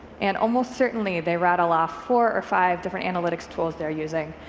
and almost certainly they rattle off four or five different analytics tools they're using,